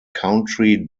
country